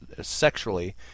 sexually